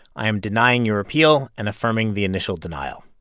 i am denying your appeal and affirming the initial denial.